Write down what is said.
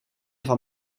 van